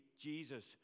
Jesus